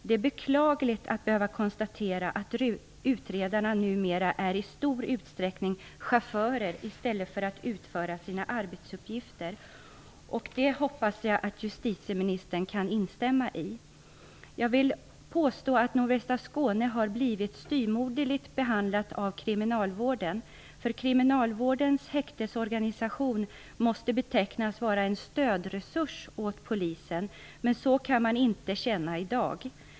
Det är beklagligt att behöva konstatera att utredarna numera i stor utsträckning fungerar som chaufförer i stället för utföra sina ordinarie arbetsuppgifter. Jag hoppas justitieministern kan instämma i detta konstaterande. Jag vill påstå att nordvästra Skåne har blivit styvmoderligt behandlat av kriminalvården. Kriminalvårdens häktesorganisation måste betecknas som en stödresurs för polisen, men så kan man inte känna att den fungerar i dag.